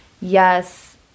yes